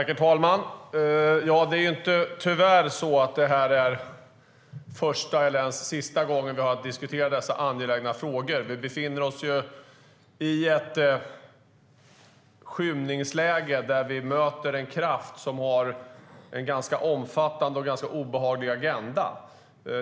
Herr talman! Tyvärr är det varken första eller sista gången vi diskuterar dessa angelägna frågor. Vi befinner oss i ett skymningsläge, där vi möter en kraft som har en ganska omfattande och obehaglig agenda.